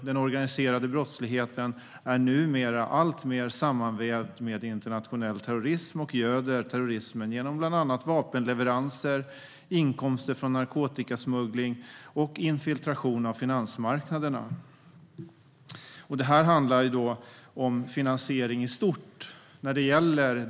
Den är numera alltmer sammanvävd med internationell terrorism och göder terrorismen genom vapenleveranser, inkomster från narkotikasmuggling och infiltration av finansmarknaderna. Det här handlar om finansiering i stort.